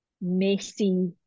messy